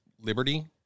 Liberty